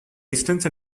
distance